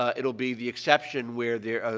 ah it'll be the exception where there ah,